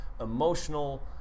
Emotional